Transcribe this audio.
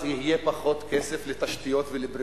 אז יהיה פחות כסף לתשתיות ולבריאות.